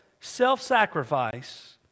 self-sacrifice